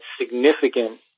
significant